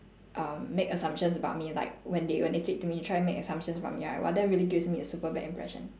uh make assumptions about me like when they when they speak to me they try make assumptions about me right !wah! that really gives me a super bad impression